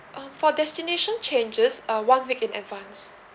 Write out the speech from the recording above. um for destination changes uh one week in advance